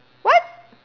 what